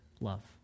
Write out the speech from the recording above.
love